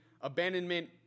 abandonment